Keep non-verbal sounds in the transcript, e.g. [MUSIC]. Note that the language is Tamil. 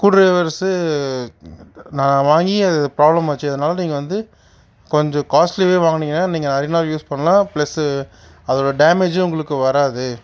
ஸ்க்ரூ ட்ரைவர்ஸு நான் வாங்கி அது ப்ராப்ளம் ஆச்சு அதனால நீங்கள் வந்து கொஞ்சம் காஸ்ட்லி [UNINTELLIGIBLE] வாங்கினீங்கனா நீங்கள் நிறைய நாள் யூஸ் பண்ணலாம் ப்ளஸ்ஸு அதோடய டேமேஜும் உங்களுக்கு வராது